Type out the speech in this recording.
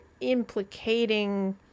implicating